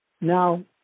Now